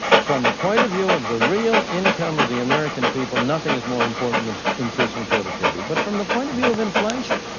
from the point of view of the real income of the american people, nothing is more important than increasing productivity. but from the point of view of inflation,